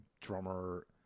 drummer